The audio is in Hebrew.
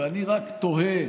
ואני רק תוהה